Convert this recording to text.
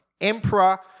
Emperor